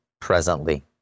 presently